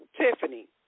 Tiffany